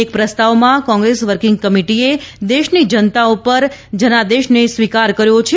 એક પ્રસ્તાવમાં કોંગ્રેસ વર્કિંગ કમિટીએ દેશની જનતા પર જનાદેશનો સ્વીકાર કર્યો છે